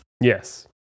Yes